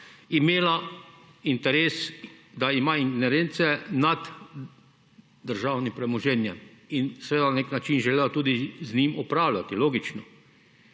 imela interes, da ima ingerence(?) nad državnim premoženjem in seveda na nek način želela tudi z njim upravljati, logično.